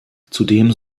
zudem